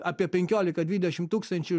apie penkiolika dvidešim tūkstančių